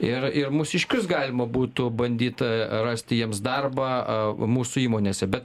ir mūsiškius galima būtų bandyt rasti jiems darbą mūsų įmonėse bet